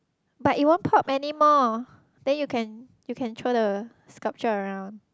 but it won't pop anymore then you can you can throw the sculpture around